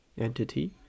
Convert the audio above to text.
entity